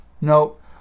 Nope